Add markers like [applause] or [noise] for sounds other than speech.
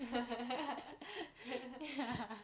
[laughs]